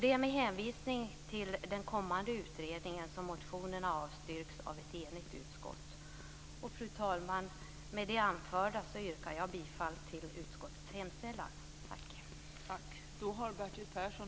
Det är med hänvisning till den kommande utredningen som motionerna avstyrks av ett enigt utskott. Fru talman! Med det anförda yrkar jag bifall till utskottets hemställan.